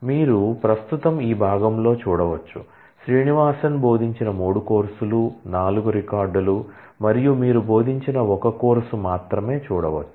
మీరు ప్రస్తుతం ఈ భాగంలో చూడవచ్చు శ్రీనివాసన్ బోధించిన 3 కోర్సులు 4 రికార్డులు మరియు మీరు బోధించిన ఒక కోర్సు మాత్రమే చూడవచ్చు